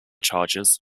charges